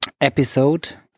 episode